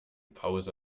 pause